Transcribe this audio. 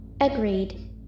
Agreed